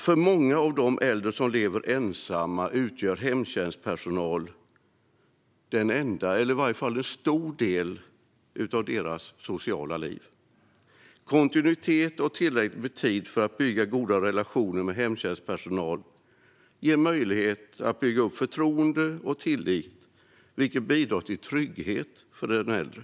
För många av de äldre som lever ensamma utgör hemtjänstpersonal deras enda sociala kontakter eller i varje fall en stor del av deras sociala kontakter. Kontinuitet och tillräckligt med tid för att bygga goda relationer med hemtjänstpersonal ger möjlighet att bygga upp förtroende och tillit, vilket bidrar till trygghet för den äldre.